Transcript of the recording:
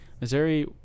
Missouri